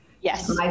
yes